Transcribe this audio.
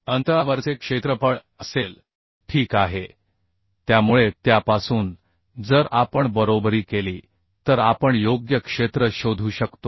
अंतरावरचे क्षेत्रफळ असेल ठीक आहे त्यामुळे त्यापासून जर आपण बरोबरी केली तर आपण योग्य क्षेत्र शोधू शकतो